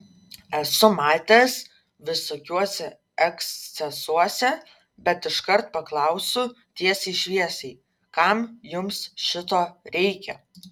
esu matęs visokiuose ekscesuose bet iškart paklausiu tiesiai šviesiai kam jums šito reikia